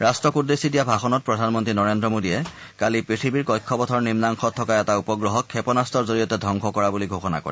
ৰাট্টক উদ্দেশ্যি দিয়া ভাষণত প্ৰধানমন্ত্ৰী নৰেদ্ৰ মোদীয়ে কালি পৃথিৱীৰ কক্ষপথৰ নিন্নাংশত থকা এটা উপগ্ৰহক ক্ষেপণাস্ত্ৰৰ জৰিয়তে ধবংস কৰা বুলি ঘোষণা কৰে